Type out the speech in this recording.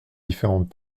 différents